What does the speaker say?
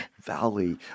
valley